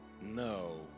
No